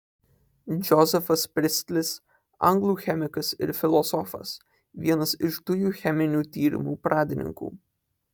džozefas pristlis anglų chemikas ir filosofas vienas iš dujų cheminių tyrimų pradininkų